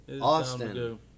Austin